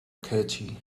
catchy